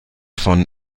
von